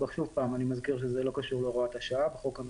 מועד ההשבה נשאר המועד